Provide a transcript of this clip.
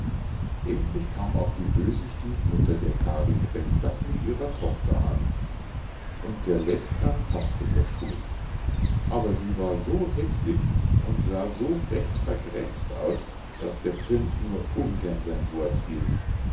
endlich kam auch die böse stiefmutter der kari trästak mit ihrer tochter an und der letztern paßte der schuh aber sie war so häßlich und sah so recht vergrätzt aus daß der prinz nur ungern sein wort hielt